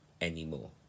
anymore